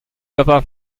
papa